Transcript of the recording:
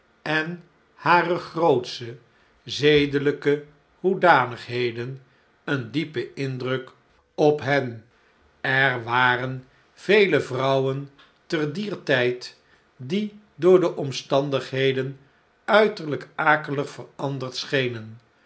en hare grootsche zedelijke hoedanigheden een diepen indruk op hen er waren vele vrouwen te dier tjjd die door de omstandigheden uiterljk akelig veranderd schenen